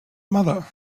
mother